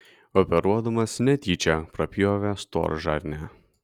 operuodamas netyčia prapjovė storžarnę